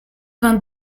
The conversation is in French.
vingt